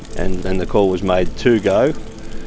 and then the call was made to go.